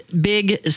big